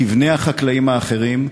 כבני החקלאים האחרים,